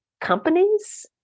companies